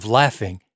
laughing